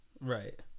Right